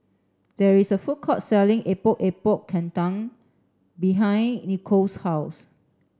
there is a food court selling Epok Epok Kentang behind Nicolle's house